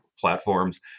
platforms